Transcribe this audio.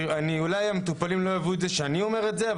ואולי המטופלים לא יאהבו שאני אומר את זה,